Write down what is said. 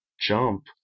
jump